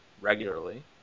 regularly